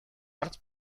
hartz